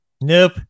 Nope